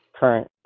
current